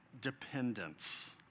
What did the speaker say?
dependence